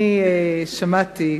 אני שמעתי,